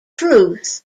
truth